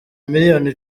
miliyoni